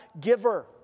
giver